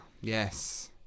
yes